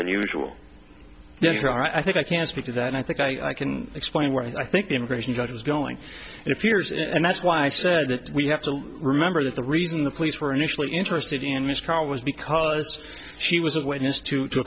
unusual i think i can speak to that and i think i can explain where i think the immigration judge is going in a few years and that's why i said that we have to remember that the reason the police were initially interested in mistrial was because she was a witness to to a